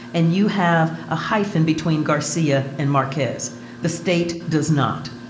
and you have a hyphen between garcia and marquez the state does not